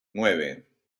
nueve